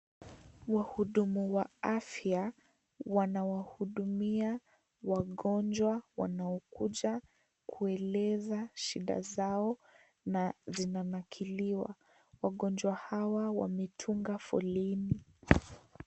Wahudumu wa afya, wanawahudumia wagonjwa wanaokuja kueleza shida zao na zina akiliwa. Wagonjwa hawa wametunga foleni.